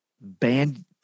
band